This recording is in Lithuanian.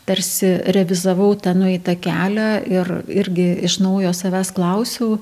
tarsi realizavau tą nueitą kelią ir irgi iš naujo savęs klausiau